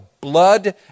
blood